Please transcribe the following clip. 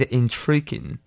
intriguing